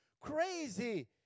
crazy